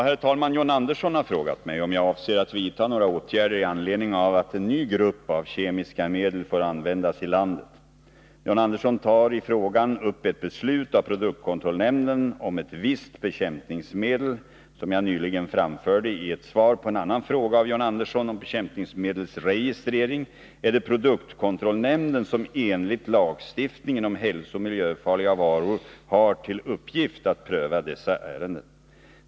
Herr talman! John Andersson har frågat mig om jag avser att vidta några åtgärder i anledning av att en ny grupp av kemiska medel får användas i landet. John Andersson tar i frågan upp ett beslut av produktkontrollnämnden om ett visst bekämpningsmedel. Som jag nyligen framförde i ett svar på en annan fråga av John Andersson om bekämpningsmedelsregistrering är det produktkontrollnämnden som enligt lagstiftningen om hälsooch miljöfarliga varor har till uppgift att pröva dessa ärenden.